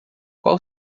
qual